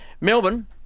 Melbourne